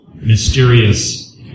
Mysterious